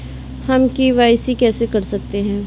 हम के.वाई.सी कैसे कर सकते हैं?